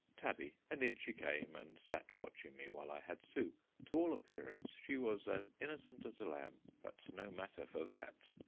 tabby, and in she came, and sat watching me while i had soup. to all appearance she was as innocent as a lamb but no matter for that.